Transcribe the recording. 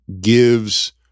gives